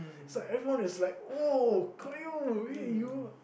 so everyone was like !woah! you